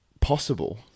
possible